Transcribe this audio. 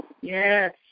Yes